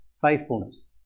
faithfulness